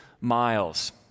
miles